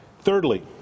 Thirdly